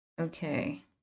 Okay